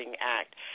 Act